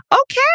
Okay